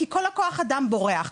כי כל הכח-אדם בורח.